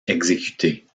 exécutées